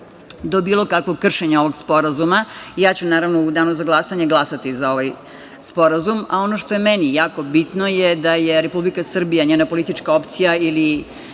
do bilo kakvog kršenja ovog sporazuma i ja ću naravno u danu za glasanje glasati za ovaj sporazum. Ono što je meni jako bitno je da je Republika Srbija, njena politička opcija ili